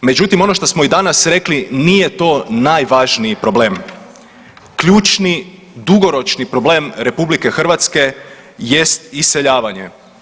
Međutim, ono što smo i danas rekli nije to najvažniji problem, ključni i dugoročni problem RH jest iseljavanje.